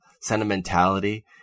sentimentality